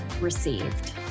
received